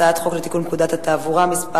הצעת חוק לתיקון פקודת התעבורה (מס'